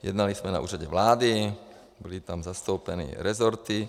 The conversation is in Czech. Jednali jsme na Úřadu vlády, byly tam zastoupeny i resorty.